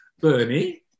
Bernie